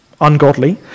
ungodly